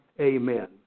amen